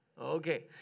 Okay